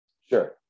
Sure